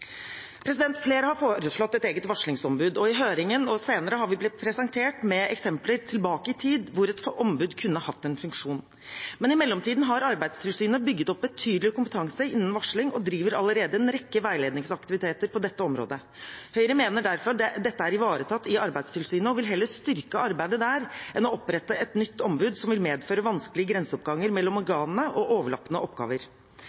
Flere har foreslått et eget varslingsombud, og i høringen og senere har vi blitt presentert for eksempler tilbake i tid hvor et ombud kunne hatt en funksjon. Men i mellomtiden har Arbeidstilsynet bygget opp betydelig kompetanse innen varsling og driver allerede en rekke veiledningsaktiviteter på dette området. Høyre mener derfor dette er ivaretatt i Arbeidstilsynet og vil heller styrke arbeidet der enn å opprette et nytt ombud som vil medføre vanskelige grenseoppganger mellom organene og overlappende oppgaver.